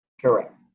Correct